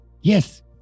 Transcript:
Yes